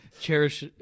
cherish